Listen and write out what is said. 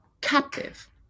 captive